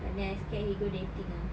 but then I scared he go dating ah